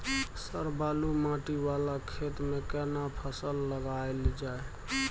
Sir बालू माटी वाला खेत में केना फसल लगायल जाय?